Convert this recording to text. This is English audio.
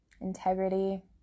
integrity